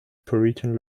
puritan